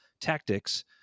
tactics